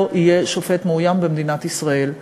לא יהיה שופט מאוים במדינת ישראל.